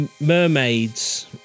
mermaids